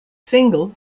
single